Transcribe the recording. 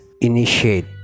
initiate